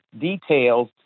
details